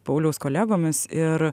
pauliaus kolegomis ir